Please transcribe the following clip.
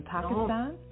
Pakistan